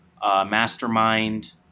Mastermind